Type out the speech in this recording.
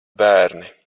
bērni